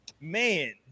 man